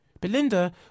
Belinda